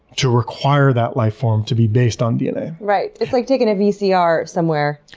to require that life form to be based on dna. right. it's like taking a vcr somewhere.